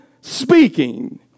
speaking